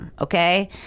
Okay